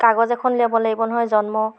কাগজ এখন উলিয়াব লাগিব নহয় জন্ম